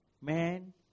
man